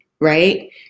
right